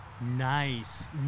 Nice